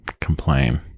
complain